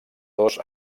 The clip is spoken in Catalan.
dos